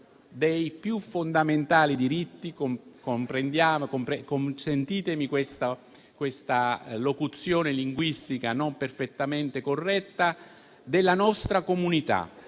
dei più fondamentali diritti - consentitemi questa locuzione linguistica non perfettamente corretta - della nostra comunità,